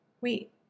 Wait